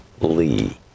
Lee